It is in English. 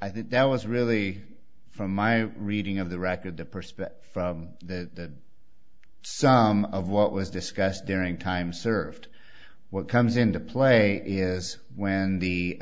i think that was really from my reading of the record to perspire that some of what was discussed during time served what comes into play is when the